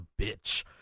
bitch